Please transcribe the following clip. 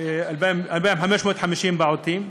2,550 פעוטות.